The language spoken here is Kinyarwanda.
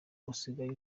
usigaye